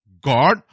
God